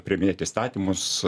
priiminėt įstatymus